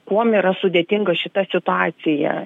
kuom yra sudėtinga šita situacija